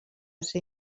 ser